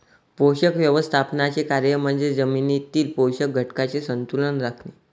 पोषक व्यवस्थापनाचे कार्य म्हणजे जमिनीतील पोषक घटकांचे संतुलन राखणे